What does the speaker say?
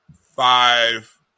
five